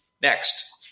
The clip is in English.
Next